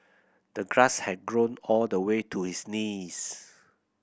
the grass had grown all the way to his knees